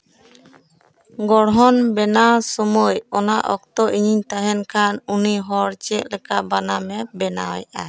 ᱜᱚᱲᱦᱚᱱ ᱵᱮᱱᱟᱣ ᱥᱚᱢᱚᱭ ᱚᱱᱟ ᱚᱠᱛᱚ ᱤᱧᱤᱧ ᱛᱟᱦᱮᱱ ᱠᱷᱟᱱ ᱩᱱᱤ ᱦᱚᱲ ᱪᱮᱫᱞᱮᱠᱟ ᱵᱟᱱᱟᱢᱮ ᱵᱮᱱᱟᱣᱮᱫᱼᱟ